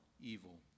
evil